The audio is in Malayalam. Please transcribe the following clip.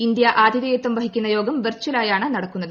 ഇന്ത്യ ആതിഥേയത്വം വഹിക്കുന്ന യോഗം വെർചലായാണ് നടക്കുന്നത്